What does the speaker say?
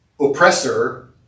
oppressor